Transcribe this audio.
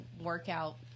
workout